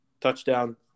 touchdown